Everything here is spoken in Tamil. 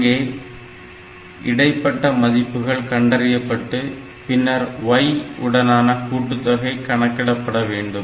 அங்கே இடைப்பட்ட மதிப்புகள் கண்டறியப்பட்டு பின்னர் y உடனான கூட்டுத்தொகை கணிக்கப்பட வேண்டும்